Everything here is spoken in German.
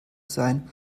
sein